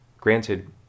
Granted